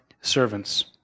servants